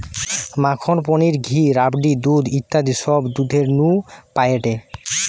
মাখন, পনির, ঘি, রাবড়ি, দুধ ইত্যাদি সব দুধের নু পায়েটে